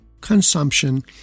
consumption